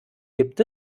gibt